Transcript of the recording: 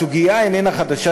הסוגיה שאני מעלה איננה חדשה,